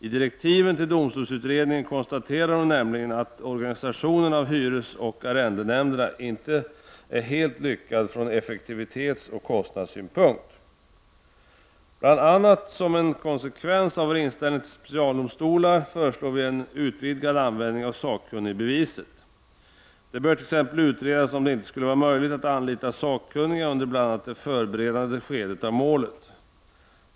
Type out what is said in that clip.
I direktiven till domstolsutredningen konstaterar hon nämligen att organisationen i hyresoch arrendenämnder inte är särskild lyckad från effektivitetsoch kostnadssynpunkt. Bl.a. som en konsekvens av vår inställning till specialdomstolarna föreslår vi utvidgad användning av sakkunnigbeviset. Det bör t.ex. utredas om det inte skulle vara möjligt att anlita sakkunniga bl.a. under det förberedande skedet i mål.